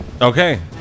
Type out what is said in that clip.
Okay